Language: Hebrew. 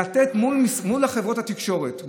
לתת מול חברות התקשורת,